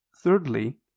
thirdly